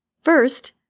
First